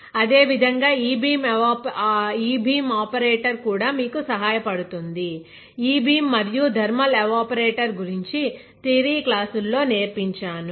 అదే విధంగా E beam operator కూడా మీకు సహాయపడుతుందినేను ఇ బీమ్ మరియు థర్మల్ ఎవేపరేటర్ గురించి థియరీక్లాస్ లో నేర్పించాను